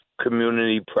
community